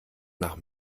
nach